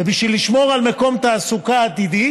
ובשביל לשמור על מקום תעסוקה עתידי